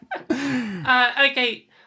okay